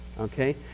okay